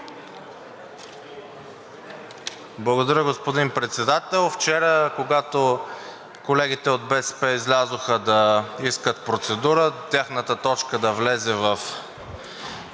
Благодаря, господин Председател. Вчера, когато колегите от БСП излязоха да искат процедура тяхната точка да влезе в